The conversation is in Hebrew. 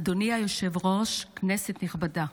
אדוני היושב-ראש, כנסת נכבדה,